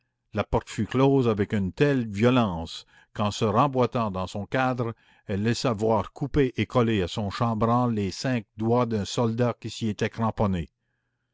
la porte fut close avec une telle violence qu'en se remboîtant dans son cadre elle laissa voir coupés et collés à son chambranle les cinq doigts d'un soldat qui s'y était cramponné